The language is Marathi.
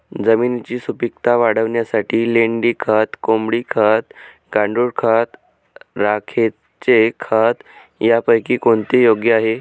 जमिनीची सुपिकता वाढवण्यासाठी लेंडी खत, कोंबडी खत, गांडूळ खत, राखेचे खत यापैकी कोणते योग्य आहे?